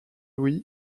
louis